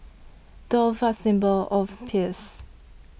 doves are a symbol of peace